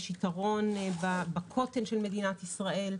יש יתרון בקוטר של מדינת ישראל,